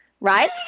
right